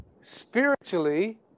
spiritually